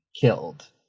killed